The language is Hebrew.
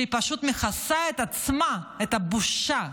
שהיא פשוט מכסה את עצמה, את הבושה,